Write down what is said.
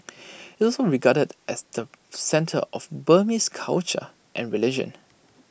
IT also regarded as the centre of Burmese culture and religion